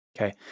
okay